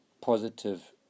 positive